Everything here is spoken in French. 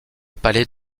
palais